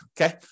okay